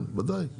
בוודאי.